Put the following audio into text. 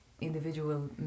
individual